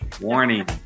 Warning